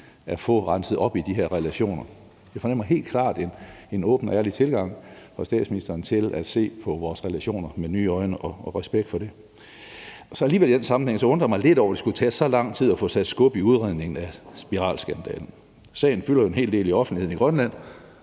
at få renset op i de her relationer. Jeg fornemmer helt klart en åben og ærlig tilgang fra statsministeren til at se på vores relationer med nye øjne. Respekt for det. I den sammenhæng undrer jeg mig alligevel lidt over, at det skulle tage så lang tid at få sat skub i udredningen af spiralskandalen. Sagen fylder en hel del i offentligheden i Grønland,